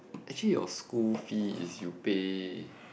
actually your school fee is you pay